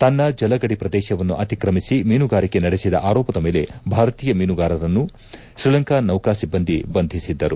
ತನ್ನ ಜಲಗಡಿ ಪ್ರದೇಶವನ್ನು ಅತಿಕ್ರಮಿಸಿ ಮೀನುಗಾರಿಕೆ ನಡೆಸಿದ ಆರೋಪದ ಮೇಲೆ ಭಾರತೀಯ ಮೀನುಗಾರರನ್ನು ಶ್ರೀಲಂಕಾ ನೌಕ ಸಿಬ್ಲಂದಿ ಬಂಧಿಸಿದ್ದರು